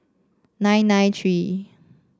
nine nine three